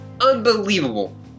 Unbelievable